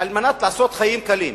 על מנת לעשות חיים קלים?